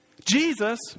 Jesus